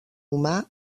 humà